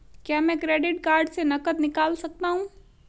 क्या मैं credit card से नकद निकाल सकता हूँ?